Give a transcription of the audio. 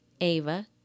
Ava